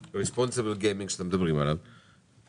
Responsible gaming שאתם מדברים עליו הסתכלתם